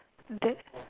that